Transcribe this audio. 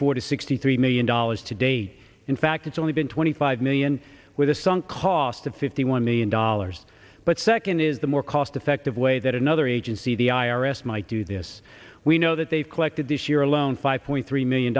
four to sixty three million dollars today in fact it's only been twenty five million with a sunk cost of fifty one million dollars but second is the more cost effective way that another agency the i r s might do this we know that they've collected this year alone five point three million